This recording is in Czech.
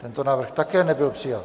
Tento návrh také nebyl přijat.